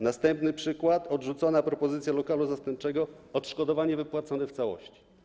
Następny przykład, odrzucona propozycja lokalu zastępczego, odszkodowanie wypłacone w całości.